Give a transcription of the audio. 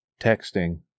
texting